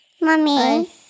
Mommy